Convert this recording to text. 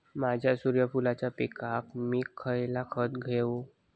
माझ्या सूर्यफुलाच्या पिकाक मी खयला खत देवू?